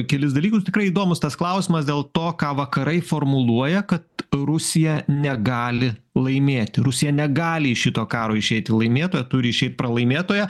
kelis dalykus tikrai įdomus tas klausimas dėl to ką vakarai formuluoja kad rusija negali laimėti rusija negali iš šito karo išeiti laimėtoja turi išeit pralaimėtoja